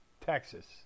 Texas